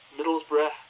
Middlesbrough